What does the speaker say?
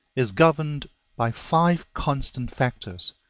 is governed by five constant factors,